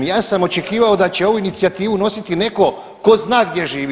Ja sam očekivao da će ovu inicijativu nositi neko tko zna gdje živi.